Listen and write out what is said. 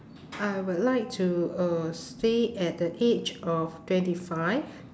I would like to uh stay at the age of twenty five